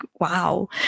Wow